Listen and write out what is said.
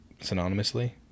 synonymously